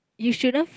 you should love